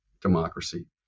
democracy